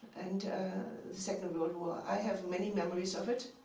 and second world war. i have many memories of it.